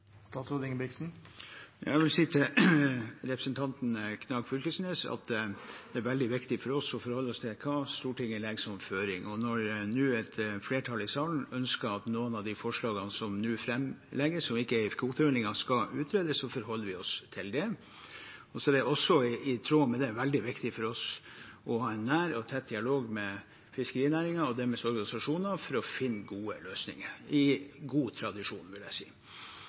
Jeg vil si til representanten Knag Fylkesnes at det er veldig viktig for oss og for alle å se hva Stortinget legger som føring, og når et flertall i salen nå ønsker at noen av de forslagene som nå framlegges, som ikke er etter kvoteordningen, skal utredes, så forholder vi oss til det. I tråd med det er det også veldig viktig for oss å ha en nær og tett dialog med fiskerinæringen og dens organisasjoner for å finne gode løsninger – i god tradisjon, vil jeg si.